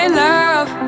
love